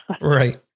Right